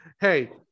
Hey